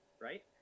right